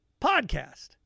Podcast